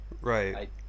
Right